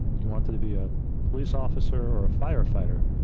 you wanted to be a police officer or a firefighter.